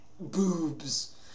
Boobs